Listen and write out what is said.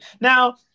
Now